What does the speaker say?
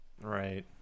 right